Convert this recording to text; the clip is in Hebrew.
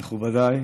מכובדיי,